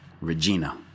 Regina